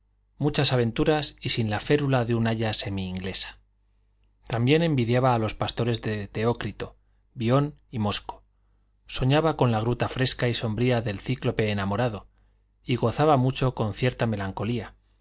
muchas aventuras y sin la férula de un aya semi inglesa también envidiaba a los pastores de teócrito bion y mosco soñaba con la gruta fresca y sombría del cíclope enamorado y gozaba mucho con cierta melancolía